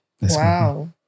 Wow